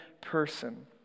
person